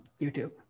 YouTube